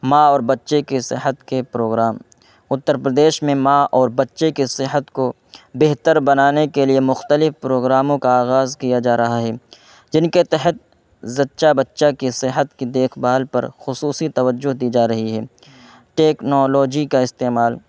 ماں اور بچے کے صحت کے پروگرام اتر پردیش میں ماں اور بچے کے صحت کو بہتر بنانے کے لیے مختلف پروگراموں کا آغاز کیا جا رہا ہے جن کے تحت زچہ بچہ کے صحت کی دیکھ بھال پر خصوصی توجہ دی جا رہی ہے ٹیکنالوجی کا استعمال